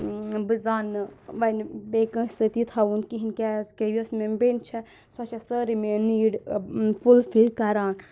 بہٕ زانہٕ وَنہِ بیٚیہِ کٲنٛسہِ سۭتۍ یہِ تھاوُن کِہیٖنۍ کِیٚازکہِ یۄس مےٚ بیٚنہِ چھَ سۄ چھَ سٲرٕے میٲنۍ نیٖڈ فُلفِل کَران